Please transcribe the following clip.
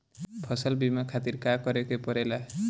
फसल बीमा खातिर का करे के पड़ेला?